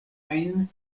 ajn